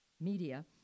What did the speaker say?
Media